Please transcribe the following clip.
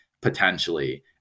potentially